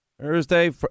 Thursday